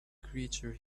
creature